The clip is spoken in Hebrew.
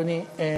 אדוני,